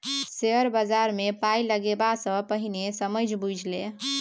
share बजारमे पाय लगेबा सँ पहिने समझि बुझि ले